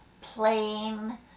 plain